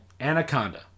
Anaconda